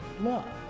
love